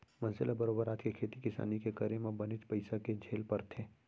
मनसे ल बरोबर आज के खेती किसानी के करे म बनेच पइसा के झेल परथे